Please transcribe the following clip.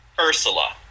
Ursula